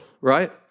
right